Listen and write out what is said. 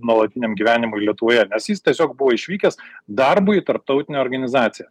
nuolatiniam gyvenimui lietuvoje nes jis tiesiog buvo išvykęs darbui į tarptautinę organizaciją